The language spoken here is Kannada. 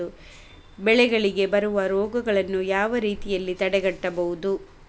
ಬೆಳೆಗಳಿಗೆ ಬರುವ ರೋಗಗಳನ್ನು ಯಾವ ರೀತಿಯಲ್ಲಿ ತಡೆಗಟ್ಟಬಹುದು?